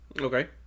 Okay